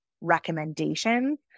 recommendations